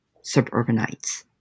suburbanites